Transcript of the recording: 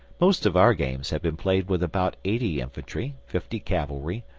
most of our games have been played with about eighty infantry, fifty cavalry,